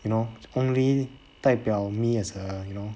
you know only 代表 me as a you know